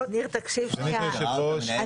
סגנית היושב-ראש,